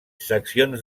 seccions